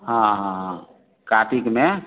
हँ हँ कातिकमे